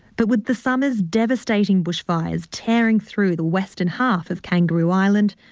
but with the summer's devastating bushfires tearing through the western half of kangaroo island,